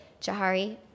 Jahari